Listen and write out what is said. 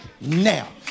now